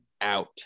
out